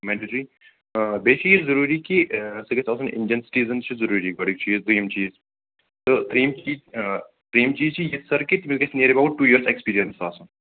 mandatory آ بیٚیہِ چھُ یہِ ضروٗرِی کہِ سُہ گَژھ آسُن اِنڈین سِٹیٖزَن شِپ ضروٗرِی گۄڈنیُک چیٖز دوٚیِم چیٖز تہٕ ترٛیٚیِم چیٖز آ ترٛیٚیِم چیٖز چھِ یہِ سَر کہِ تِمَن گَژھِ near about two year experience آسُن